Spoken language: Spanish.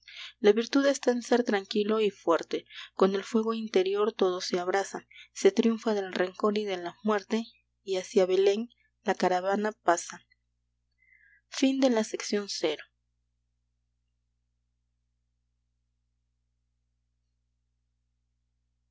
la virtud está en ser tranquilo y fuerte con el fuego interior todo se abrasa se triunfa del rencor y de la muerte y hacia belén la caravana pasa ii